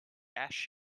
ash